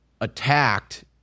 attacked